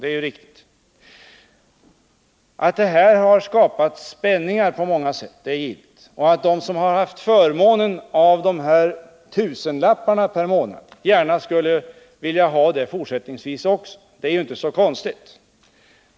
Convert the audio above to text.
Det är givet att det här har skapat spänningar på många sätt. Att de som har haft förmånen att få de här tusenlapparna per månad också gärna skulle vilja få dem fortsättningsvis är inte så konstigt.